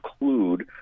include